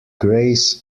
grace